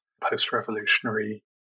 post-revolutionary